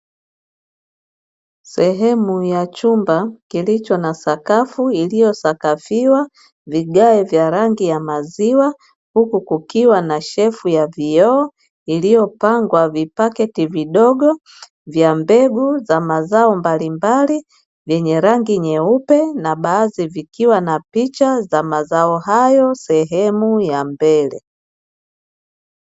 Sehemu ya chumba kilicho na sakafu iliyosakafiwa vigae vya rangi ya maziwa, huku kukiwa na shelfu ya vioo iliyopangwa vipakiti vidogo vya mbegu za mazao mbalimbali vyenye rangi nyeupe na baadhi vikiwa na picha za mazao hayo sehemu ya mbele.